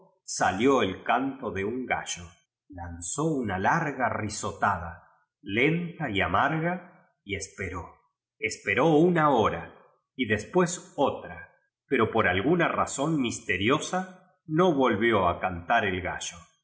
salió el canto de un gallo lanzó una larga risotada lenta y amarga y esperó esperó una hora y después orre pero por alguna razón misteriosa no vol vió a cantar el gallo por